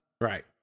Right